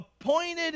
appointed